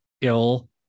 ill